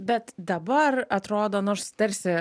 bet dabar atrodo nors tarsi